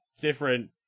different